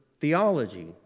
theology